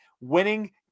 winning